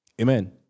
Amen